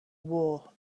war